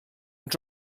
ond